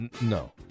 No